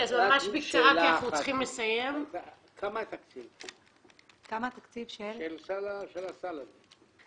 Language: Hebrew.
כמה התקציב של הסל הזה?